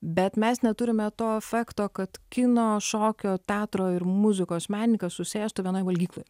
bet mes neturime to efekto kad kino šokio teatro ir muzikos menininkas susėstų vienoj valgykloj